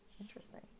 Interesting